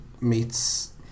meets